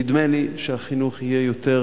נדמה לי שהדיון יהיה יותר